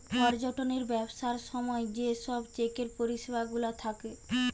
পর্যটনের ব্যবসার সময় যে সব চেকের পরিষেবা গুলা থাকে